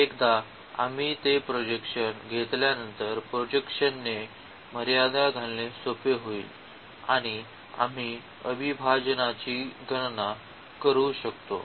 एकदा आम्ही ते प्रोजेक्शन घेतल्यानंतर प्रोजेक्शनने मर्यादा घालणे सोपे होईल आणि आम्ही अविभाजनाची गणना करू शकतो